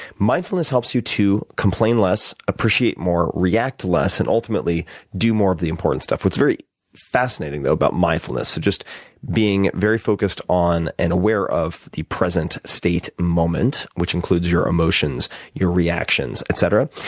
mindfulness helps you to complain less, appreciate more, react less, and ultimately do more of the important stuff. what's very fascinating, though, about mindfulness so just being very focused on and aware of the present state, moment which includes your emotions, your reactions, etc.